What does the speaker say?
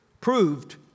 proved